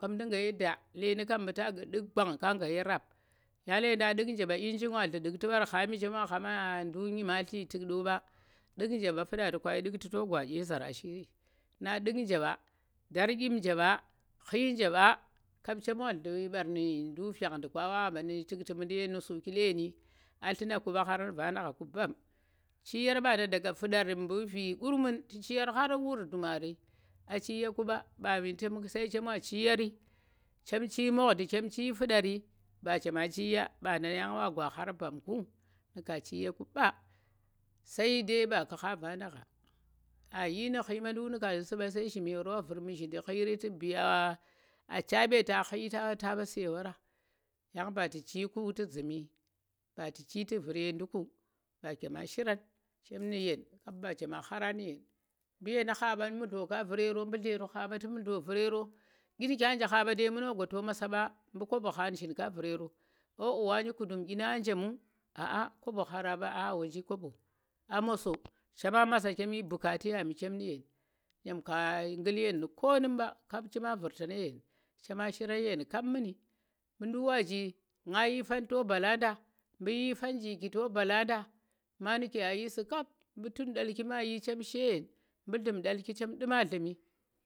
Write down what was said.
Ku̱m tu̱ ga ye da leni kam mbu ta nɗu̱k gwan ka ngha ye rap ya ledang ndukti nja mɓa ijin wa nllu̱ nɗu̱ktu̱ war kami chema khama nɗk nyimatli tu̱k ɗo ɓa, nɗu̱k je ɓa, fu̱ɗa to ka yi nɗu̱utu̱ to gwa ɗye zar ashiiri na nɗu̱k je ɓa. dar dyim ja mba, khyi nja mba kap chem ɓa nllu̱ ɓar nu ndu̱k vang nɗu̱ kwang a ɓa nu̱ tu̱ktu̱ mu̱ndi ye nusuki leni a nllu̱na ku ɓa kharang vada gha ku mbam chi yar mɓada daga fu̱dar ɓu vi kurmun tu chi yar har wur dumarl a chi ya ku ɓa, mɓami sai chem wa chi yari, chem chi mu̱gndi, chem chi fuɗari, ba chema chi ya, mɓanda yang wa gwa khari mbam ku, nu̱ ka chi ya ku ba sai dai ba ƙu̱ gha vada gha, a yi nu̱ nghi ma nɗu̱k nu̱ ka nɗu̱ su̱ ɓa sai zhime war ta vu̱r mu̱zhndi ghiri tu biya achaba ta ghi ta ɓa su̱ ye wara, yang ba tu̱ chi ku, tu̱ zu̱mi. mba tu̱ chi tu̱ vu̱r yen ndu̱ku̱, ba chema shirang chem nu̱ yeng kap ba chema kharang nu̱ yen, mu yena khaɓa mudlo ka vu̱r yero. mbu dlero gha mba mudlo ka vur yero ɗyi mu̱ kya je kha ɓa dai mu no gwa to masaɓa mu kobo kha nu̱zhin ka vu̱r yero, ohoh wani kudum ɗyinang a jemu aa kobo khara ɓa. a wonji kobo a moso chema masa chem yi bukate mbami chem mu̱ yeng nyem ka ngul yen nu̱ ko num ɓa kap chema vu̱rtang ye yen chema shiranmg ye yen kap muni, mu ndu̱k wa ji nga yi fan to mbala nda, mɓu̱ yi fan jiki to mbala nda, ma nu̱ke a yi su̱ kap mbu tun nɗalki mayi chem shi ye yen, mu nllu̱m nɗaki chem nɗu̱ ma nllu̱mi.